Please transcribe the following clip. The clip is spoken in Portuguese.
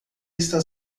está